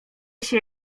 się